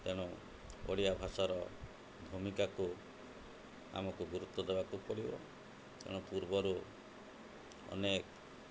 ତେଣୁ ଓଡ଼ିଆ ଭାଷାର ଭୂମିକାକୁ ଆମକୁ ଗୁରୁତ୍ୱ ଦେବାକୁ ପଡ଼ିବ ତେଣୁ ପୂର୍ବରୁ ଅନେକ